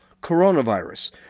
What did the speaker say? coronavirus